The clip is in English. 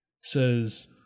says